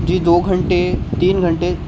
جی دو گھنٹے تین گھنٹے